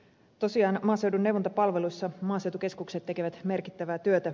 tosiaan maaseudun neuvontapalveluissa maaseutukeskukset tekevät merkittävää työtä